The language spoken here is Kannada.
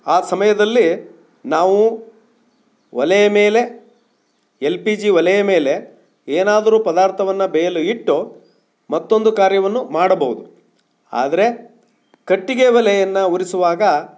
ಆ ಸಮಯದಲ್ಲಿ ನಾವು ಒಲೆ ಮೇಲೆ ಎಲ್ ಪಿ ಜಿ ಒಲೆಯ ಮೇಲೆ ಏನಾದರೂ ಪದಾರ್ಥವನ್ನು ಬೇಯಲು ಇಟ್ಟು ಮತ್ತೊಂದು ಕಾರ್ಯವನ್ನು ಮಾಡಬಹುದು ಆದರೆ ಕಟ್ಟಿಗೆ ಒಲೆಯನ್ನು ಉರಿಸುವಾಗ